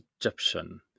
Egyptian